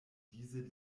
diese